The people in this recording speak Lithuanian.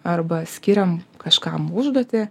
arba skiriam kažkam užduotį